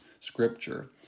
Scripture